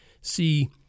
see